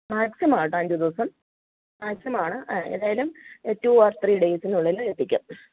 maximum ആണ് കേട്ടോ അഞ്ചുദിവസം മാക്സിമം ആണ് ആ ഏതായാലും ടു ഓർ ത്രീ ഡേയ്സിനുള്ളിൽ എത്തിക്കാം